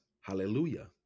Hallelujah